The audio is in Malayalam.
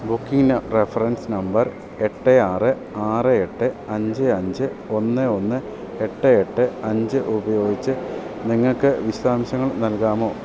ബുക്കിംഗ് റഫ്രൻസ് നമ്പർ എട്ട് ആറ് ആറ് എട്ട് അഞ്ച് അഞ്ച് ഒന്ന് ഒന്ന് എട്ട് എട്ട് അഞ്ച് ഉപയോഗിച്ച് നിങ്ങള്ക്ക് വിശദാംശങ്ങൾ നൽകാമോ